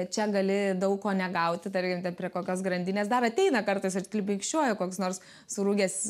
čia gali daug ko negauti tarkim ten prie kokios grandinės dar ateina kartais atklibinkščiuoja koks nors surūgęs